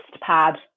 pad